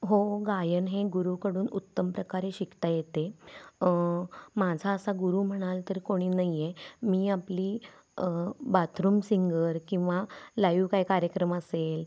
हो गायन हे गुरूकडून उत्तम प्रकारे शिकता येते माझा असा गुरू म्हणाल तर कोणी नाही आहे मी आपली बाथरुम सिंगर किंवा लाईव काही कार्यक्रम असेल